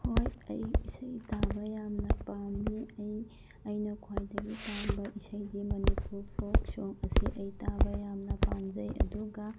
ꯍꯣꯏ ꯑꯩ ꯏꯁꯩ ꯇꯥꯕ ꯌꯥꯝꯅ ꯄꯥꯝꯃꯤ ꯑꯩ ꯑꯩꯅ ꯈ꯭ꯋꯥꯏꯗꯒꯤ ꯄꯥꯝꯕ ꯏꯁꯩꯗꯤ ꯃꯅꯤꯄꯨꯔ ꯐꯣꯛ ꯁꯣꯡ ꯑꯁꯤ ꯑꯩ ꯇꯥꯕ ꯌꯥꯝꯅ ꯄꯥꯝꯖꯩ ꯑꯗꯨꯒ